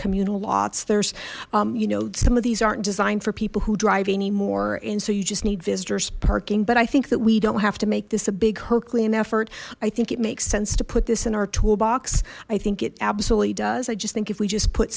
communal lots there's you know some of these aren't designed for people who drive anymore and so you just need visitors parking but i think that we don't have to make this a big herculean effort i think it makes sense to put this in our toolbox i think it absolutely does i just think if we just put